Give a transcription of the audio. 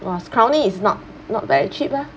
!wah! currently is not not very cheap lah